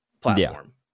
platform